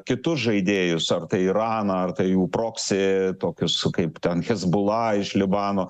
kitus žaidėjus ar iraną ar tai jų proksi tokius kaip ten hezbollah iš libano